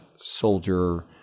soldier